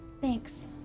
thanks